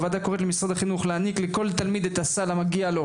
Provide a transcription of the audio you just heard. הוועדה קוראת למשרד החינוך להעניק לכל תלמיד את הסעד המגיע לו,